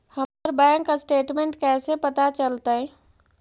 हमर bank statement कैसे पता चलतै?